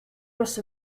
was